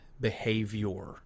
behavior